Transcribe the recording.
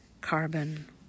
carbon